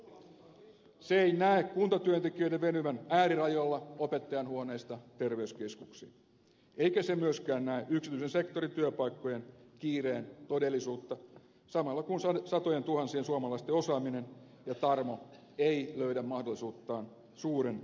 se ei näe kuntatyöntekijöiden venyvän äärirajoilla opettajainhuoneista terveyskeskuksiin eikä myöskään näe yksityisen sektorin työpaikkojen kiireen todellisuutta samalla kun satojentuhansien suomalaisten osaaminen ja tarmo ei löydä mahdollisuuttaan suuren työttömyyden suomessa